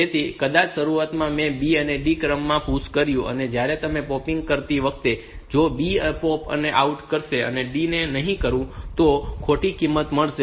તેથી કદાચ શરૂઆતમાં મેં B અને D ક્રમમાં તેને PUSH કર્યું છે અને જ્યારે પૉપિંગ કરતી વખતે જો હું B ને POP out કરીશ અને D ને નહીં કરું તો મને ખોટી કિંમત મળશે